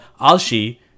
Alshi